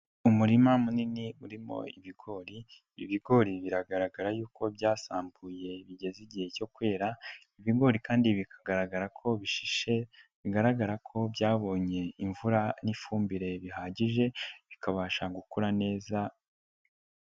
Umurima munini urimo ibigori, ibigori biragaragara y'uko byasambuye bigeze igihe cyo kwera, ibigori kandi bikagaragara ko bishishe bigaragara ko byabonye imvura n'ifumbire bihagije bikabasha gukura neza.